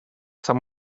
some